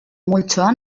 multzoan